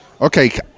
Okay